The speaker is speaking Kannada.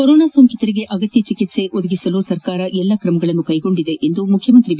ಕೊರೋನಾ ಸೋಂಕಿತರಿಗೆ ಅಗತ್ನ ಚಿಕಿತ್ಸೆ ಒದಗಿಸಲು ಸರ್ಕಾರ ಎಲ್ಲ ಕ್ರಮಗಳನ್ನು ಕ್ಯೆಗೊಂಡಿದೆ ಎಂದು ಮುಖ್ಯಮಂತ್ರಿ ಬಿ